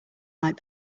like